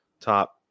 Top